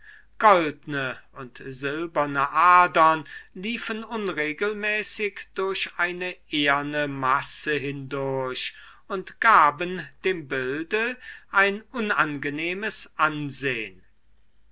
goldne und silberne adern liefen unregelmäßig durch eine eherne masse hindurch und gaben dem bilde ein unangenehmes ansehn